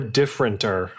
differenter